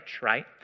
right